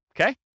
okay